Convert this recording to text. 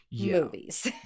movies